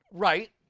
right.